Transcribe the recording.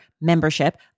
membership